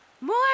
More